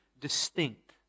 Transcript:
distinct